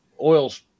Oil's